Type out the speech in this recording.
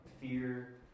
fear